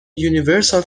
universal